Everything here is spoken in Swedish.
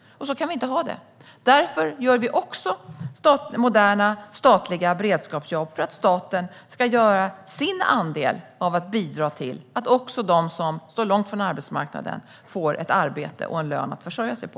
Så kan vi inte ha det. Därför inrättar vi också moderna, statliga beredskapsjobb för att staten ska göra sitt för att bidra till att också de som står långt från arbetsmarknaden får ett arbete och en lön att försörja sig på.